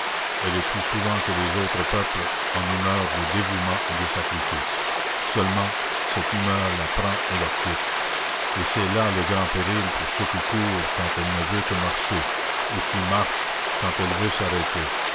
elle est plus souvent que les autres peuples en humeur de dévouement et de sacrifice seulement cette humeur la prend et la quitte et c'est là le grand péril pour ceux qui courent quand elle ne veut que marcher ou qui marchent quand elle veut s'arrêter